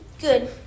good